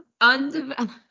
Undeveloped